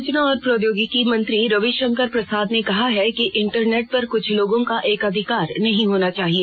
सूचना और प्रौद्योगिकी मंत्री रविशंकर प्रसाद ने कहा है कि इंटरनेट पर कुछ लोगों का एकाधिकार नहीं होना चाहिए